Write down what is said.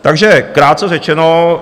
Takže krátce řečeno.